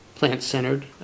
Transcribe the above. plant-centered